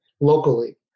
locally